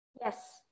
Yes